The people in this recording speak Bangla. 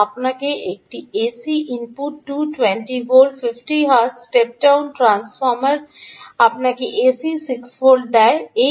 আপনার একটি AC input 220 volt 50 hertz step down transformer আপনাকে এসি 6 ভোল্ট দেয়